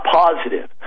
positive